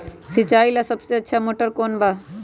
सिंचाई ला सबसे अच्छा मोटर कौन बा?